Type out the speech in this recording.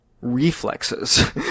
reflexes